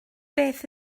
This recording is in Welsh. beth